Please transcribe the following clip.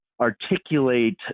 articulate